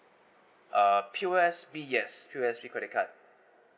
uh P_O_S_B yes P_O_S_B credit card